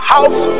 House